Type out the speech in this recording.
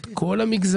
את כל המגזרים,